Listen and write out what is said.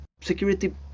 security